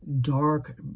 dark